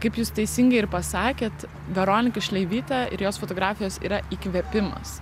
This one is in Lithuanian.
kaip jūs teisingai ir pasakėt veronika šleivytė ir jos fotografijos yra įkvėpimas